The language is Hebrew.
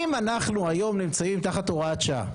אם אנחנו היום נמצאים תחת הוראת שעה,